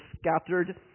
scattered